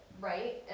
Right